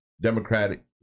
Democratic